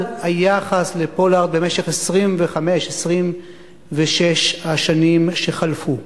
היחס לפולארד במשך 25 26 השנים שחלפו.